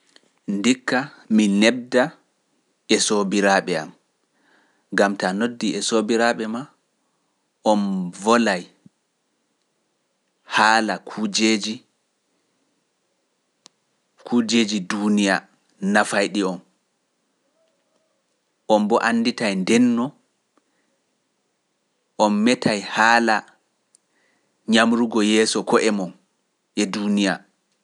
Ndikka mi nebda e soobiraaɓe am, gam taa noddi e soobiraaɓe ma, on volay haala kujeeji, kujeeji duuniya nafay ɗi on. On mbo annditay ndenno, on metay haala ñamrugo yeeso ko'e mon e duuniya.